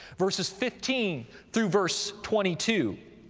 verses fifteen through verse twenty two,